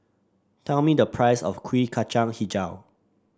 tell me the price of Kuih Kacang hijau